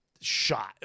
shot